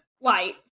light